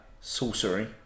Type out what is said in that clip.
Sorcery